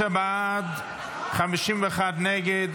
59 בעד, 51 נגד.